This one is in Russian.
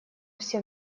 все